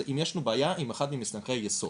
אם יש לנו בעיה עם אחד ממסמכי היסוד.